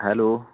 hello